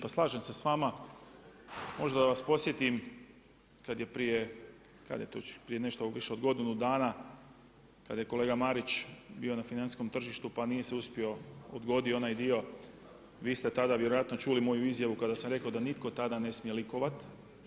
Pa slažem se s vama, možda da vas podsjetim, kad je prije, kad je to, prije nešto više od godinu dana, kad je kolega Marić bio na financijskom tržištu, pa nije se uspio, odgodio onaj dio, vi ste tada vjerojatno čuli moju izjavu, kada sam rekao da nitko tada ne smije likovati.